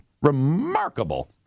Remarkable